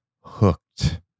hooked